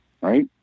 right